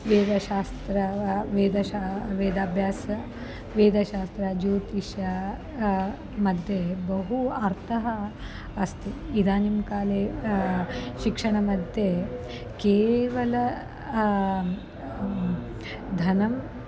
वेदशास्त्रं वा वेदशास्त्रं वेदाभ्यासः वेदशास्त्रज्योतिषमध्ये बहु अर्तः अस्ति इदानींकाले शिक्षणमध्ये केवल धनम्